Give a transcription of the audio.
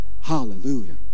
Hallelujah